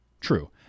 True